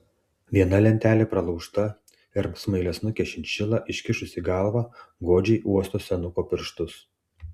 viena lentelė pralaužta ir smailiasnukė šinšila iškišusi galvą godžiai uosto senuko pirštus